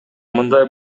мындай